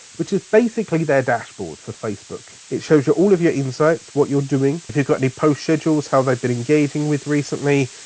which is basically their dashboard for facebook. it shows you all of your insights, what you're doing, if you've got any posts schedules, how they've been engaging with recently,